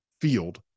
Field